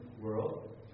world